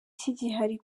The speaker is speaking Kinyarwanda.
kigihari